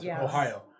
Ohio